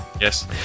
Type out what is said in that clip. Yes